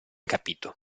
capito